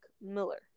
Miller